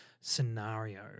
scenario